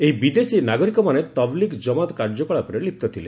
ଏହି ବିଦେଶୀ ନାଗରିକମାନେ ତବଲିଗ୍ ଜମାତ କାର୍ଯ୍ୟକଳାପରେ ଲିପ୍ତ ଥିଲେ